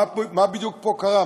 מה בדיוק פה קרה,